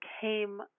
came